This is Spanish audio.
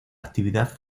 actividad